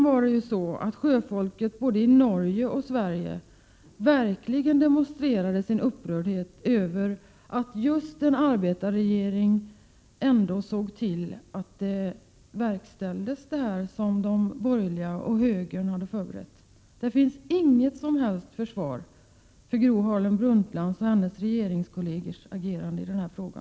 Sjöfolksförbundet i både Norge och Sverige demonstrerade verkligen sin upprördhet över att just en arbetarregering ändå såg till att det förslag som de borgerliga partierna hade förberett verkställdes. Det finns inget som helst försvar för Gro Harlem Brundtlands och hennes regeringskollegers agerande i denna fråga.